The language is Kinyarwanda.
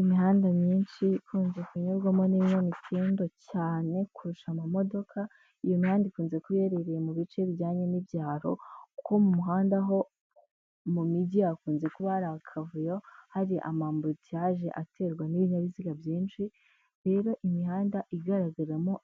Imihanda myinshi ikunze kunyurwamo n'ibinyamitende cyane kurusha amamodoka, iyo mihanda ikunze kuba iherereye mu bice bijyanye n'ibyaro, kuko mu muhandaho mu mijyi hakunze kuba hari akavuyo hari ama ambutiyaje aterwa n'ibinyabiziga byinshi. Rero imihanda igaragaramo